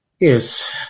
Yes